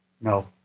No